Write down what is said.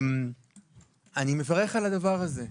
אני מברך על זה,